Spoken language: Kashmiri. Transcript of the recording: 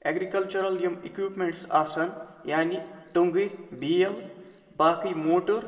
ایٚگرِکَلچَرَل یِم اِکوِپمیٚنٹٕس یِم آسَن یعنی ٹوٚنگٕرۍ بیل باقٕے موٹُر